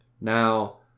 Now